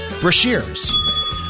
Brashears